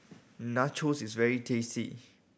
nachos is very tasty